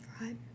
Right